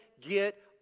get